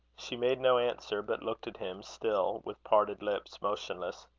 she made no answer, but looked at him still, with parted lips, motionless.